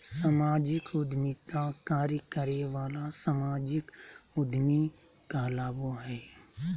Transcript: सामाजिक उद्यमिता कार्य करे वाला सामाजिक उद्यमी कहलाबो हइ